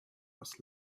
was